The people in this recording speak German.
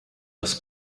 das